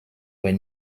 were